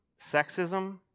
sexism